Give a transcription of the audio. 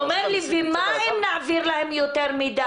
אומר לי - ומה אם נעביר להן יותר מדי,